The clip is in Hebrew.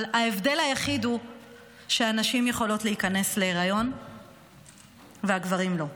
אבל ההבדל היחיד הוא שנשים יכולות להיכנס להיריון וגברים לא.